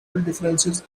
differences